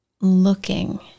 looking